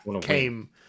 came